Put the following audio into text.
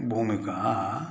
भूमिका